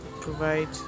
provide